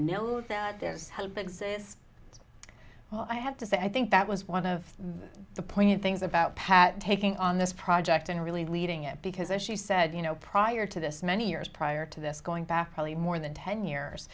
know that there's help exists well i have to say i think that was one of the poignant things about pat taking on this project and really leading it because as she said you know prior to this many years prior to this going back probably more than ten years